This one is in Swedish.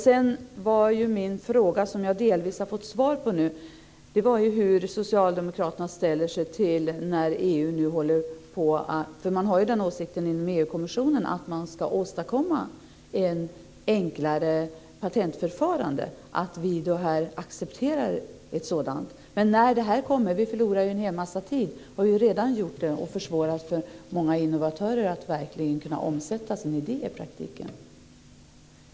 Sedan var min fråga, som jag delvis har fått svar på nu, hur Socialdemokraterna ställer sig till EU kommissionens åsikt att man ska åstadkomma ett enklare patentförfarande och att vi ska acceptera ett sådant. Vi förlorar ju en hel massa tid. Vi har redan gjort det och därmed försvårat för många innovatörer att omsätta sina idéer i praktiken.